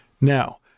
Now